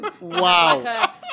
Wow